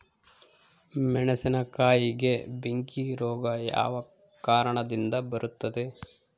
ಮೆಣಸಿನಕಾಯಿಗೆ ಬೆಂಕಿ ರೋಗ ಯಾವ ಕಾರಣದಿಂದ ಬರುತ್ತದೆ?